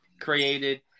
created